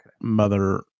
Mother